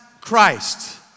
Christ